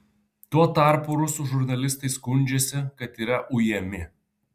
tuo tarpu rusų žurnalistai skundžiasi kad yra ujami